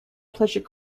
pleasure